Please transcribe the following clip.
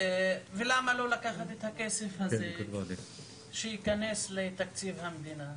ולמה לא לקחת את הכסף הזה שייכנס לתקציב המדינה,